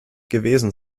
gewesen